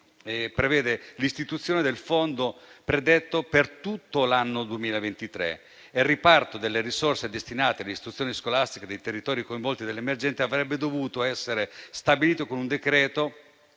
prevede l'istituzione del fondo predetto per tutto l'anno 2023. Il riparto delle risorse destinate alle istituzioni scolastiche dei territori coinvolti nell'emergenza avrebbe dovuto essere stabilito con un decreto